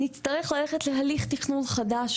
נצטרך ללכת להליך תכנון חדש.